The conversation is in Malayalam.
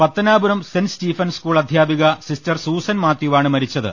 പത്തനാപുരം സെന്റ് സ്റ്റീഫൻ സ്കൂൾ അധ്യാപിക സിസ്റ്റർ സൂസൻ മാത്യൂവാണ് മരിച്ചത്